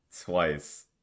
Twice